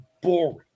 boring